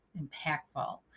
impactful